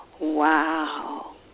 Wow